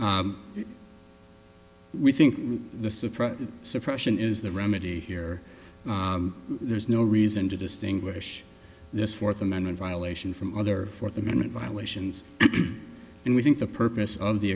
suppression is the remedy here there's no reason to distinguish this fourth amendment violation from other fourth amendment violations and we think the purpose of the